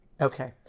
Okay